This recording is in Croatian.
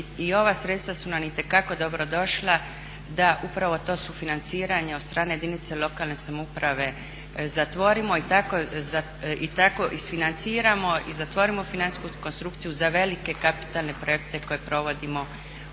i ova sredstva su nam itekako dobrodošla da upravo to sufinanciranje od strane jedinice lokalne samouprave zatvorimo i tako isfinanciramo i zatvorimo financijsku konstrukciju za velike kapitalne projekte koje provodimo u